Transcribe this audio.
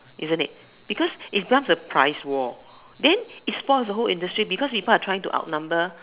isn't it because if plus the price then it spoils the whole industry because people are trying to outnumber